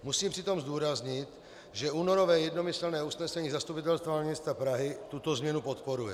Musím přitom zdůraznit, že únorové jednomyslné usnesení Zastupitelstva hlavního města Prahy tuto změnu podporuje.